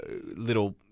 little